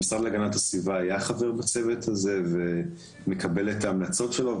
המשרד להגנת הסביבה היה חבר בצוות הזה ומקבל את ההמלצות שלו.